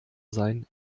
sein